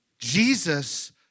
Jesus